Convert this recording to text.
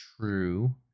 true